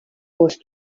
was